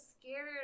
scared